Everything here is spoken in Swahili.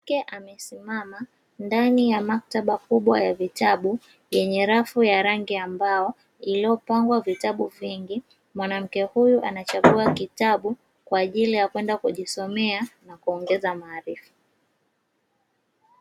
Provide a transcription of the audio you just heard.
Mwanamke amesimama ndani ya maktaba kubwa ya vitabu yenye rafu ya rangi ya mbao iliyopangwa vitabu vingi, mwanamke huyu anachagua vitabu kwa ajili ya kwenda kujisomea na kuongeza maarifa.